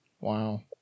Wow